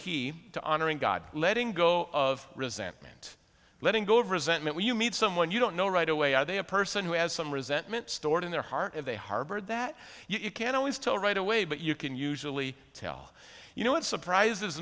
to honoring god letting go of resentment letting go of resentment when you meet someone you don't know right away are they a person who has some resentment stored in their heart and they harbor that you can't always tell right away but you can usually tell you know what surprises